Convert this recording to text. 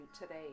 Today